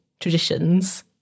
traditions